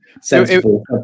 sensible